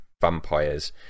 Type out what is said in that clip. vampires